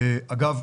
אגב,